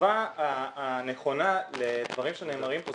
התשובה הנכונה לדברים שנאמרים פה,